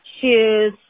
shoes